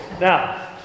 Now